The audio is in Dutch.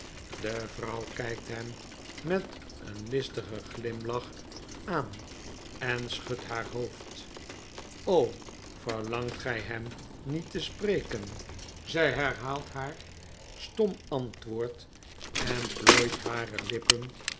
de vrouw kpt hem met een listigen glimlach aan en schudt haar hoofd verlangt gij hem niet te spreken zy herhaalt haar stom antwoord en plooit hare lippen